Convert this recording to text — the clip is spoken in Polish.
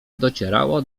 docierała